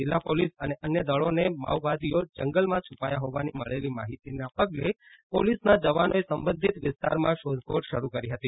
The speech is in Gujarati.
જિલ્લા પોલીસ અને અન્ય દળોને માઓવાદીઓ જંગલમાં છૂપાયા હોવાની મળેલીના પગલે પોલીસના જવાનોએ સંબંધિત વિસ્તારમાં શોધખોળ શરુ કરી હતી